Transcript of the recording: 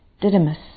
Didymus